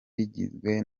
rigizwe